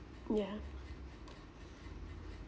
yeah